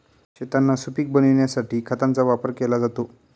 शेतांना सुपीक बनविण्यासाठी खतांचा वापर केला जातो